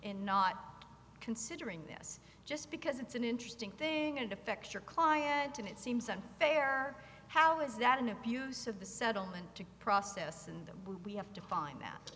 in not considering this just because it's an interesting thing it affects your client and it seems unfair how is that an abuse of the settlement to process and that we have to find